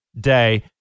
day